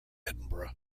edinburgh